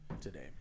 today